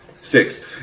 Six